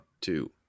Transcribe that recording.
two